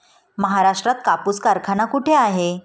महाराष्ट्रात कापूस कारखाना कुठे आहे?